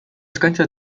eskaintza